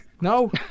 No